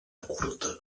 curta